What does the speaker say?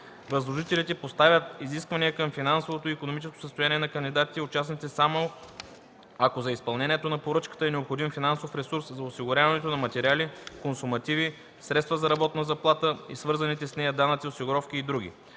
Възложителите поставят изисквания към финансовото и икономическото състояние на кандидатите и участниците само ако за изпълнението на поръчката е необходим финансов ресурс за осигуряването на материали, консумативи, средства за работна заплата и свързаните с нея данъци и осигуровки, и други.